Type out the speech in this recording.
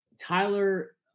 Tyler